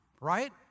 right